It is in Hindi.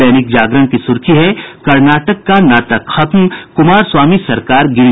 दैनिक जागरण की सुर्खी है कनार्टक का नाटक खत्म कुमारस्वामी सरकार गिरी